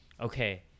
okay